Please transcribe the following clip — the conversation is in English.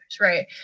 right